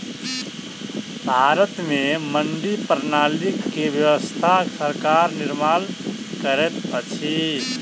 भारत में मंडी प्रणाली के व्यवस्था सरकार निर्माण करैत अछि